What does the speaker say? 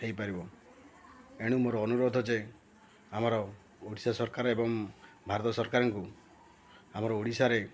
ହେଇପାରିବ ଏଣୁ ମୋର ଅନୁରୋଧ ଯେ ଆମର ଓଡ଼ିଶା ସରକାର ଏବଂ ଭାରତ ସରକାରଙ୍କୁ ଆମର ଓଡ଼ିଶାରେ